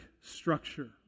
structure